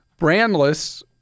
Brandless